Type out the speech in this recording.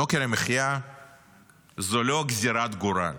יוקר המחיה זו לא גזרת גורל.